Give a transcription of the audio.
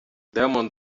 diamond